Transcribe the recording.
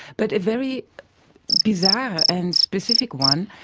but a very bizarre and specific one,